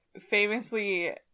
famously